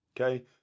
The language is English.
Okay